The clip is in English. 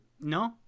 No